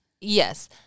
yes